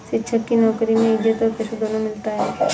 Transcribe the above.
शिक्षक की नौकरी में इज्जत और पैसा दोनों मिलता है